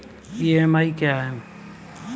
EMI क्या है?